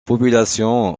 population